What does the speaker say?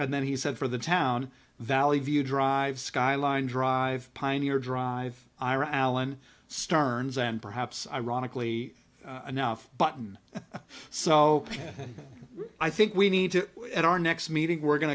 and then he said for the town valley view drive skyline drive pioneer dr ira alan stern zen perhaps ironically enough button so i think we need to let our next meeting we're going